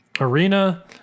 Arena